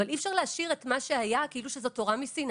אבל אי אפשר להשאיר את מה שהיה כאילו שזאת תורה מסיני